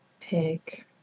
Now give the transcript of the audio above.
pick